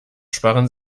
sparen